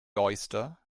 oyster